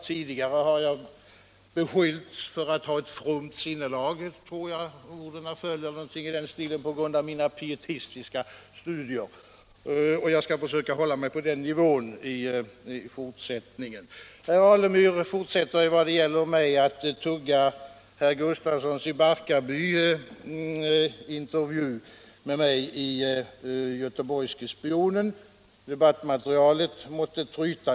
Tidigare har jag beskyllts för ett fromt sinnelag — ungefär så tror jag orden föll — på grund av mina pietistiska studier. Och jag skall försöka att hålla mig på den nivån i fortsättningen. Herr Alemyr fortsätter när det gäller mig att, på samma sätt som herr Gustafsson i Barkarby, tugga intervjun med mig i Götheborgske Spionen — debattmaterialet måtte tryta.